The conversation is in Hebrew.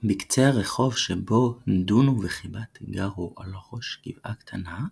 בקצה הרחוב שבו דונו וחיבת גרו, על ראש גבעה קטנה,